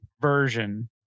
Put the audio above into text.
version